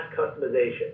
customization